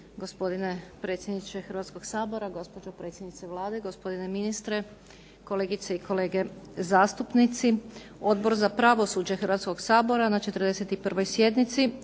Gospodine predsjedniče Hrvatskog sabora, gospođo predsjednice Vlade, gospodine ministre, kolegice i kolege zastupnici Odbor za pravosuđe Hrvatskog sabora na 41. sjednici